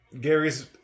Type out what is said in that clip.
gary's